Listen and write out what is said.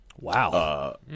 Wow